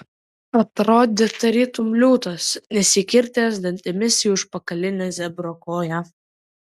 atrodė tarytum liūtas įsikirtęs dantimis į užpakalinę zebro koją